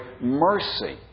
mercy